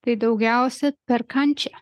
tai daugiausia per kančią